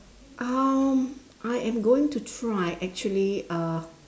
um I am going to try actually uh